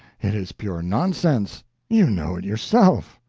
it is pure nonsense you know it yourself.